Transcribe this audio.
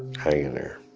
hanging there